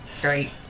Great